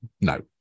no